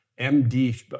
MD